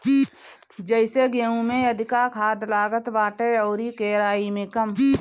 जइसे गेंहू में अधिका खाद लागत बाटे अउरी केराई में कम